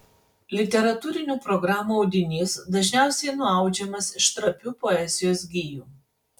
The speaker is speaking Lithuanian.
literatūrinių programų audinys dažniausiai nuaudžiamas iš trapių poezijos gijų